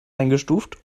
eingestuft